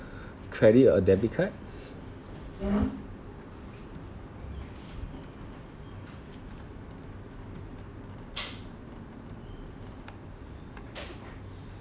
credit or debit card